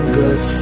good